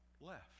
left